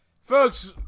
Folks